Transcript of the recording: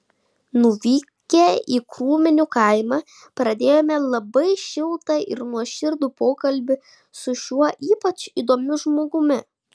nuvykę į krūminių kaimą pradėjome labai šiltą ir nuoširdų pokalbį su šiuo ypač įdomiu žmogumi